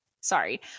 sorry